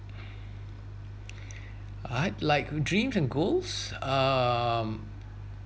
I'd like dream and goals um